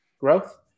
growth